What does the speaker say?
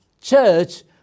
church